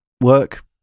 work